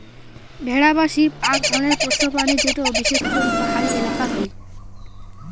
ভেড়া বা শিপ আক ধরণের পোষ্য প্রাণী যেটো বিশেষ করি পাহাড়ি এলাকাত হই